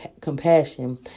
compassion